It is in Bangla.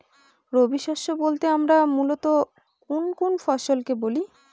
রবি শস্য বলতে আমরা মূলত কোন কোন ফসল কে বলি?